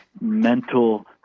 mental